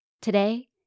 Today